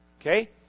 Okay